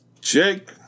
Jake